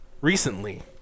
recently